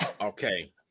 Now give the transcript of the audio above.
Okay